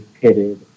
pitted